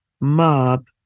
mob